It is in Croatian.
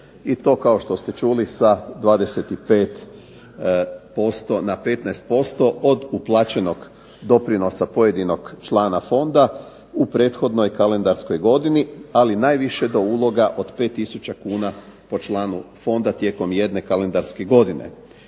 i to kao što ste čuli, sa 25% na 15% od uplaćenog doprinosa pojedinog člana fonda u prethodnoj kalendarskoj godini, ali najviše do uloga od 5000 kuna po članu fonda tijekom jedne kalendarske godine